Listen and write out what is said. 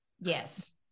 Yes